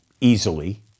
easily